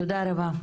תודה רבה.